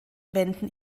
wenden